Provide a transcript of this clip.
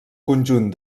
conjunt